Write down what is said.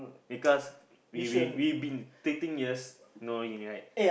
because we we've been thirteen years knowing right